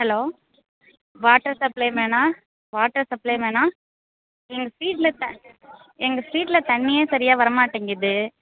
hello water supply மேனா water supply மேனா எங்கள் ஸ்ட்ரீட்டில் த எங்கள் ஸ்ட்ரீட்டில் தண்ணியே சரியாக வரமாட்டேங்குது